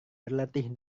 berlatih